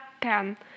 ten